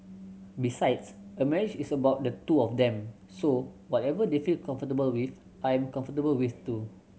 besides a marriage is about the two of them so whatever they feel comfortable with I am comfortable with too